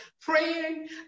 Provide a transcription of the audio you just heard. praying